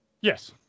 Yes